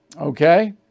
Okay